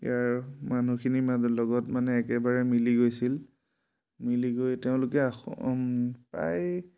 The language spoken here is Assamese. ইয়াৰ মানুহখিনিৰ লগত মানে একেবাৰে মিলি গৈছিল মিলি গৈ তেওঁলোকে প্ৰায়